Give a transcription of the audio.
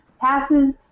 Passes